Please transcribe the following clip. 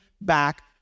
back